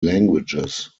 languages